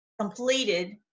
completed